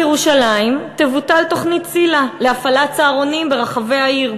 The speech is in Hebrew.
בירושלים תבוטל תוכנית ציל"ה להפעלת צהרונים ברחבי העיר.